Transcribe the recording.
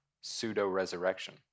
pseudo-resurrection